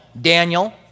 Daniel